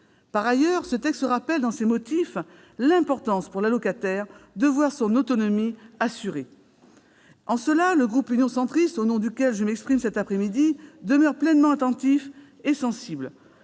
Par ailleurs, ce texte rappelle, dans ses motifs, l'importance, pour l'allocataire, de voir son autonomie assurée. Le groupe Union Centriste, au nom duquel je m'exprime cet après-midi, demeure pleinement attentif et sensible